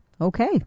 okay